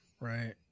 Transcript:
right